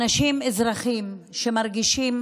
אנשים, אזרחים, שמרגישים